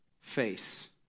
face